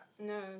No